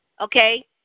Okay